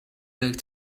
like